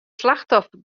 slachtoffer